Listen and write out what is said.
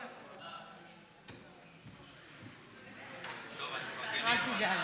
בו כל כך הרבה שעות ודיונים ותקציבים,